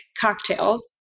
cocktails